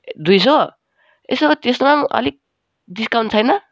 दुई सौ यसो त्यसमा पनि अलिक डिस्काउन्ट छैन